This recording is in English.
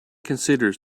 considers